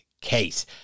case